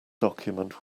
document